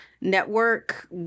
network